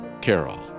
Carol